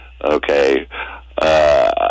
okay